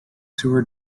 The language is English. tour